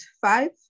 five